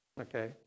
okay